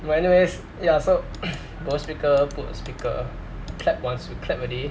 but anyways ya so both speaker put a speaker clap once we clap already